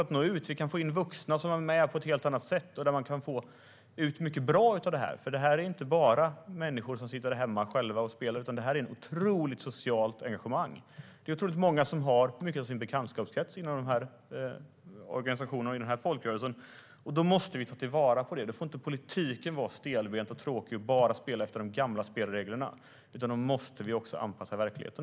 Men här kan vi få in vuxna som är med på ett helt annat sätt, och vi kan få ut mycket bra av detta. Detta handlar ju inte bara om människor som sitter där hemma och spelar, utan det finns ett otroligt socialt engagemang. Många har mycket av sin bekantskapskrets i den här folkrörelsen, och då måste vi ta vara på det. Politiken får inte vara stelbent och tråkig och bara spela efter de gamla spelreglerna, utan vi måste anpassa oss till verkligheten.